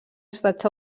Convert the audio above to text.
estats